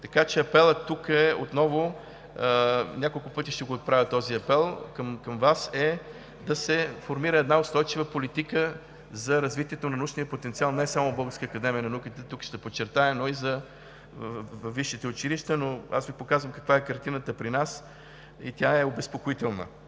колеги. Апелът тук отново е, няколко пъти ще го отправя към Вас, да се формира една устойчива политика за развитието на научния потенциал не само в Българската академия на науките, ще подчертая, но и за висшите училища. Показвам Ви каква е картината при нас и тя е обезпокоителна.